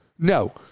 No